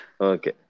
Okay